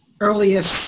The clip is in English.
earliest